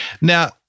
Now